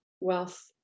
wealth